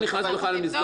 אנחנו לא נגד החוק.